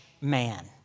man